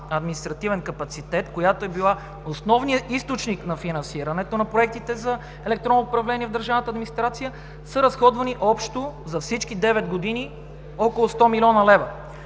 „Административен капацитет“, която е била основния източник на финансирането на проектите за електронно управление в държавната администрация са разходвани общо за всички девет години около 100 млн. лв.